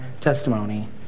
testimony